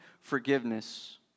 forgiveness